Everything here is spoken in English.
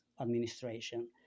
administration